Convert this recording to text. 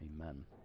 Amen